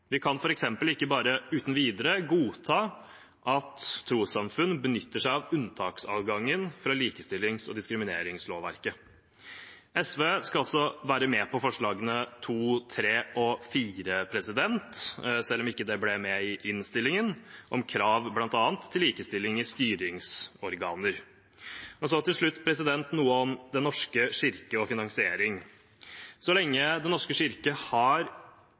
Vi kan f.eks. ikke bare uten videre godta at trossamfunn benytter seg av unntaksadgangen fra likestillings- og diskrimineringslovverket. SV skal altså være med på bl.a. forslagene nr. 2, 3 og 4 – selv om det ikke ble med i innstillingen – om bl.a. krav til likestilling i styringsorganer. Til slutt noe om Den norske kirke og finansiering: Så lenge Den norske kirke har